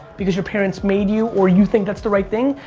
because your parents made you or you think that's the right thing,